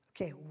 okay